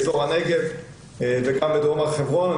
באזור הנגב וגם בדרום הר חברון.